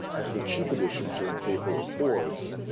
as the cheap editions are in paper or boards,